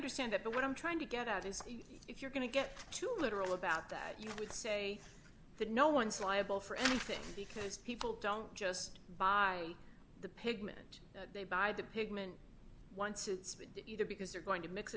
understand that but what i'm trying to get at is if you're going to get too literal about that you would say that no one's liable for anything because people don't just buy the pigment they buy the pigment once it's either because they're going to mix